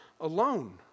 alone